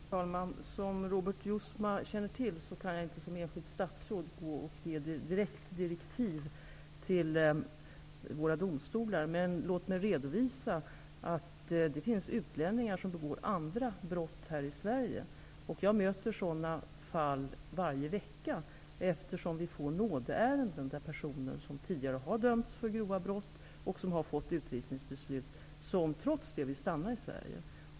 Fru talman! Som Robert Jousma känner till kan jag inte som enskilt statsråd ge direkta direktiv till våra domstolar. Låt mig emellertid redovisa att det finns utlänningar som begår andra brott här i Sverige. Jag stöter på sådana fall varje vecka, eftersom vi får in nådeansökningar av personer som tidigare har dömts för grova brott och som också har dömts till utvisning men som trots det vill stanna i Sverige.